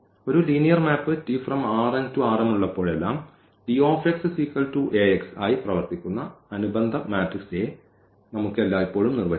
ഒരു linear map ഉള്ളപ്പോഴെല്ലാം ആയി പ്രവർത്തിക്കുന്ന അനുബന്ധ മാട്രിക്സ് A നമുക്ക് എല്ലായ്പ്പോഴും നിർവചിക്കാം